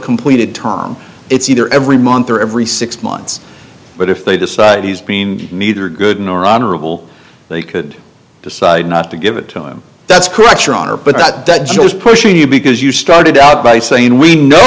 completed term it's either every month or every six months but if they decide he's green meter good nor honorable they could decide not to give it to him that's correct your honor but that dead jew was pushing you because you started out by saying we know